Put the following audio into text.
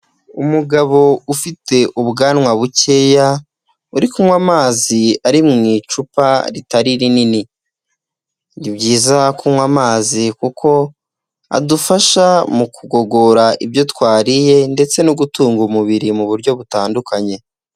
Umugabo ufite ubwanwa bukeya, uri kunywa amazi ari mu icupa ritari rinini, ni byiza kunywa amazi kuko adufasha mu kugogora ibyo twariye ndetse no gutunga umubiri mu buryo butandukanye.